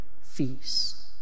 feast